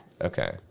okay